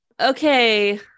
Okay